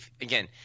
Again